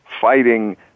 fighting